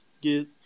get